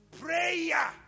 prayer